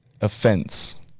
offense